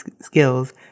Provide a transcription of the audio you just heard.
skills